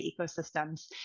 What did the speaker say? ecosystems